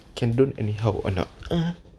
can don't anyhow or not !huh!